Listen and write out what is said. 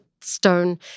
Stone